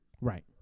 Right